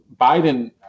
Biden